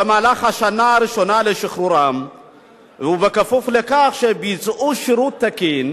במהלך השנה הראשונה לשחרורם ובכפוף לכך שביצעו שירות תקין,